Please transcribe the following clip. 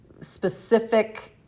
specific